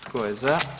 Tko je za?